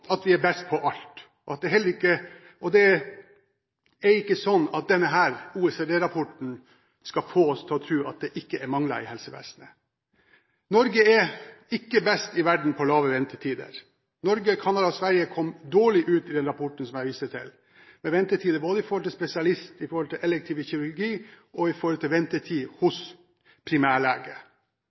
at vi er best på alt, og heller ikke slik at denne OECD-rapporten skal få oss til å tro at det ikke er mangler i helsevesenet. Norge er ikke best i verden når det gjelder korte ventetider. Norge, Canada og Sverige kom dårlig ut med hensyn til ventetider i denne rapporten jeg viste til – både i forhold til spesialist, i forhold til elektiv kirurgi og i forhold til ventetid hos primærlege.